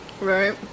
Right